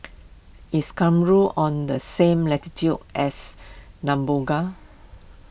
is Cameroon on the same latitude as Namibia